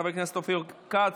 חבר הכנסת אופיר כץ,